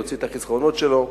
להוציא את החסכונות שלו,